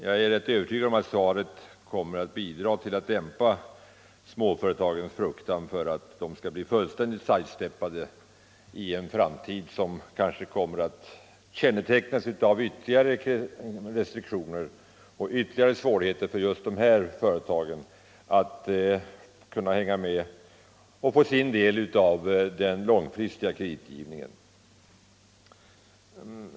Jag är rätt övertygad om att svaret kommer att bidra till att dämpa småföretagens fruktan för att de skall bli fullständigt sidsteppade i en framtid, som kanske kommer att kännetecknas av ytterligare restriktioner och ytterligare svårigheter för just de här företagen när det gäller att hänga med och få sin del av den långsiktiga kreditgivningen.